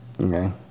Okay